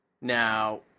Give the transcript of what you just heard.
Now